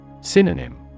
Synonym